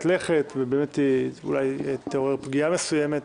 לכת ובאמת אולי תגרום לפגיעה מסוימת,